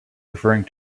referring